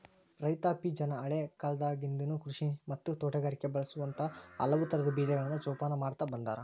ರೈತಾಪಿಜನ ಹಳೇಕಾಲದಾಗಿಂದನು ಕೃಷಿ ಮತ್ತ ತೋಟಗಾರಿಕೆಗ ಬಳಸುವಂತ ಹಲವುತರದ ಬೇಜಗಳನ್ನ ಜೊಪಾನ ಮಾಡ್ತಾ ಬಂದಾರ